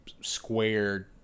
squared